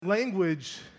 Language